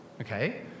okay